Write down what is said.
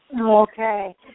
Okay